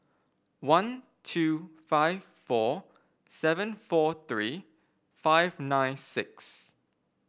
one two five four seven four three five nine six